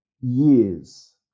years